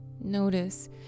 Notice